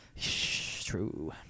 True